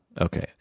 Okay